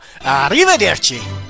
Arrivederci